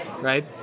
right